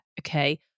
Okay